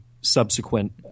subsequent